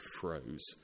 froze